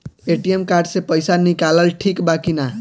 ATM card से पईसा निकालल ठीक बा की ना?